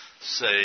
say